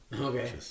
Okay